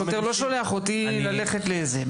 השוטר לא שולח אותי ללכת לזה.